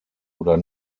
oder